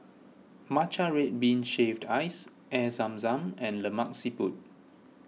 Matcha Red Bean Shaved Ice Air Zam Zam and Lemak Siput